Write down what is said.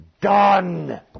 done